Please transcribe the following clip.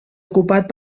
ocupat